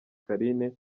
carine